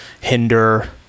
hinder